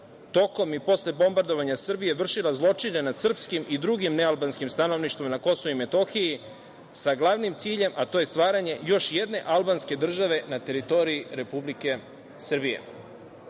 tokom i posle bombardovanja Srbije, vršila zločine nad srpskim i drugim nealbanskim stanovništvom na Kosovu i Metohiji, sa glavnim ciljem - stvaranje još jedne albanske države na teritoriji Republike